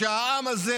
שהעם הזה,